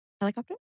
helicopter